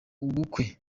ubukwe